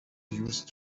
used